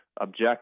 object